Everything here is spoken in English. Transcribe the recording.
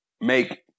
make